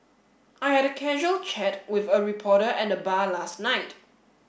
I had a casual chat with a reporter at the bar last night